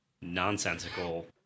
nonsensical